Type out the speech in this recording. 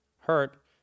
hurt